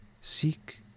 Seek